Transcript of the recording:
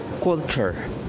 Culture